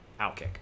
OutKick